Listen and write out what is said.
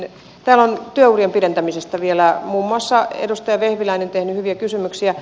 täällä on työurien pidentämisestä vielä muun muassa edustaja vehviläinen tehnyt hyviä kysymyksiä